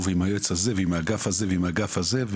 ועם היועץ הזה ועם האגף הזה ועם האגף הזה,